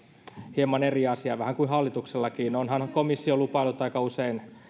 hieman eri asia vähän kuin hallituksellakin onhan komissio lupaillut aika usein